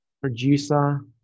producer